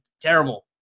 Terrible